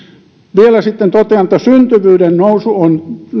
vielä totean että syntyvyyden